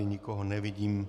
Nikoho nevidím.